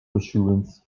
assurance